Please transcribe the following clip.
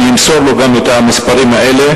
אני אמסור לו גם את המספרים האלה.